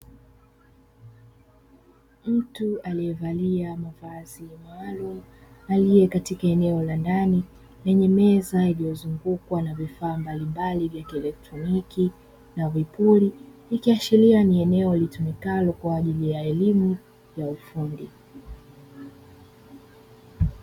Mtu aliyevalia mavazi maalum aliye katika eneo la ndani lenye meza iliyozungukwa na vifaa mbalimbali vya elektroniki na vipuri, ikiashiria ni eneo litumikalo kwa ajili ya elimu ya ufundi.